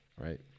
right